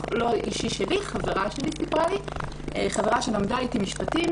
חברה שלי שלמדה איתי משפטים,